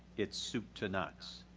it's stupe to nuts.